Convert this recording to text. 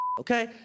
okay